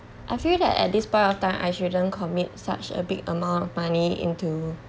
I feel that at this point of time I shouldn't commit such a big amount of money into